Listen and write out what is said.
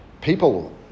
people